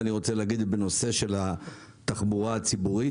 אני רוצה להגיד מילה אחת בנושא התחבורה בציבורית.